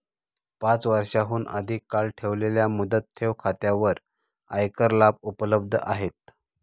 पाच वर्षांहून अधिक काळ ठेवलेल्या मुदत ठेव खात्यांवर आयकर लाभ उपलब्ध आहेत